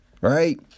right